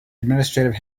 administrative